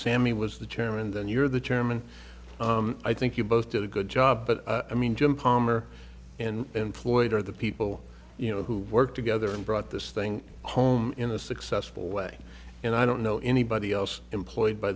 sammy was the chairman then you're the chairman i think you both did a good job but i mean jim palmer and floyd are the people you know who work together and brought this thing home in a successful way and i don't know anybody else employed by